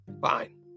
Fine